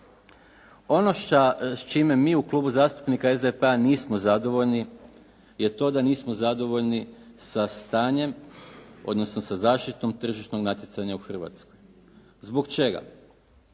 Ono s čime mi u Klubu zastupnika SDP-a nismo zadovoljni je to da nismo zadovoljni sa stanjem, odnosno sa zaštitom tržišnog natjecanja u Hrvatskoj. Zbog čega?